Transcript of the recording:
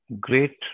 great